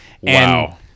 Wow